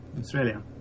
Australia